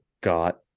got